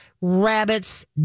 rabbits